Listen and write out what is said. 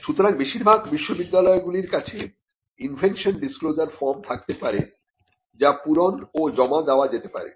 সুতরাং বেশিরভাগ বিশ্ববিদ্যালয়গুলির কাছে ইনভেনশন ডিসক্লোজার ফর্ম থাকতে পারে যা পূরণ ও জমা দেওয়া যেতে পারে